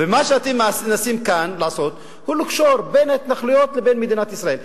ומה שאתם מנסים כאן לעשות הוא לקשור בין ההתנחלויות לבין מדינת ישראל.